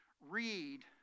read